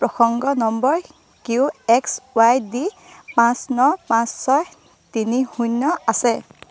প্ৰসংগ number Q X Y D পাঁচ ন পাঁচ ছয় তিনি শূন্য আছে